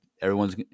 everyone's